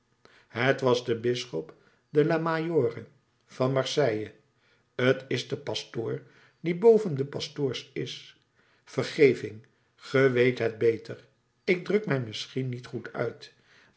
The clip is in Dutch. t was de bisschop de la majore van marseille t is de pastoor die boven de pastoors is vergeving ge weet het beter ik druk mij misschien niet goed uit